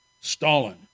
Stalin